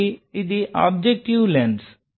కాబట్టి ఇది objective lens